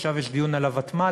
עכשיו יש דיון על הוותמ"לים,